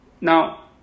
now